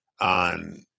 on